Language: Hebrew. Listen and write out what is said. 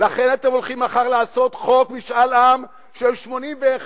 לכן אתם הולכים מחר לעשות חוק משאל עם של 81,